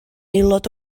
aelod